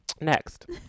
Next